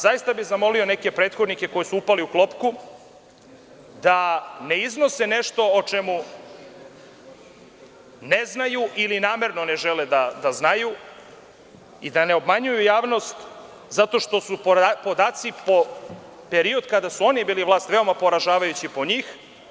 Zaista bih zamolio neke prethodnike koji su upali u klopku da ne iznose nešto o čemu ne znaju ili namerno ne žele da znaju i da ne obmanjuju javnost zato što su podaci po period kada su oni bili na vlasti veoma poražavajući po njih.